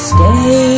Stay